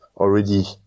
Already